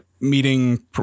meeting